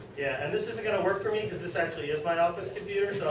and this isn't going to work for me because this actually is my office computer.